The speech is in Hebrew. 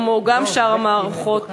כמו שאר המערכות,